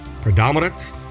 predominant